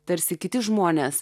tarsi kiti žmonės